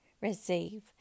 receive